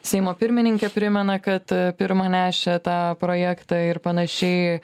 seimo pirmininkė primena kad pirma nešė tą projektą ir panašiai